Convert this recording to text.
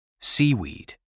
seaweed